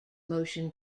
motion